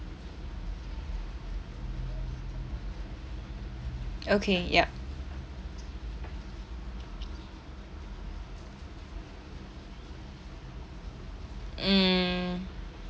okay yup mm